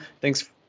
Thanks